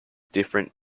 different